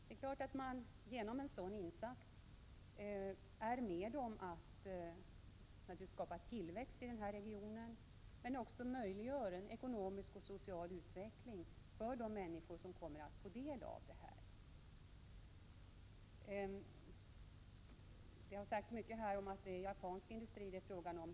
Det är klart att man genom en sådan insats är med om att skapa tillväxt i denna region men också möjliggör en ekonomisk och social utveckling för de människor som kommer att få del av detta. Det har sagts mycket om att det är japanska industrier det är fråga om.